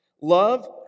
Love